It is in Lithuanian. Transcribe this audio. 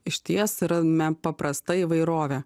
išties ranmia paprasta įvairovė